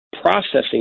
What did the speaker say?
processing